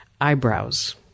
eyebrows